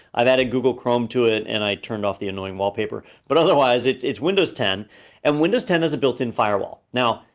i've added google chrome to it and i turned off the annoying wallpaper. but otherwise, it's it's windows ten and windows ten has a built-in firewall. now,